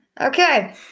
Okay